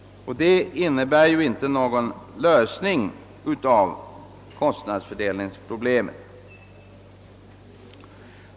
Det innebär inte någon lösning av kostnadsfördelningsproblemet.